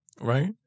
Right